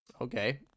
Okay